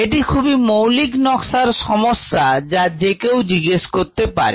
এটি খুবই মৌলিক নকশার সমস্যা যা যে কেউ জিজ্ঞেস করতে পারে